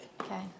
Okay